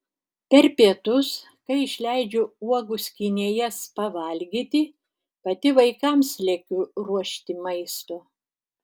per pietus kai išleidžiu uogų skynėjas pavalgyti pati vaikams lekiu ruošti maisto